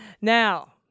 Now